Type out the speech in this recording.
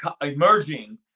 emerging